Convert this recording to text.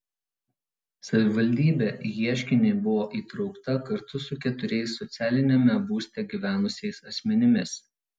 savivaldybė į ieškinį buvo įtraukta kartu su keturiais socialiniame būste gyvenusiais asmenimis